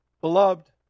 Beloved